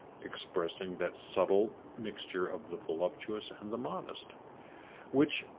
expressing that subtle mixture of the voluptuous and the modest which,